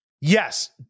Yes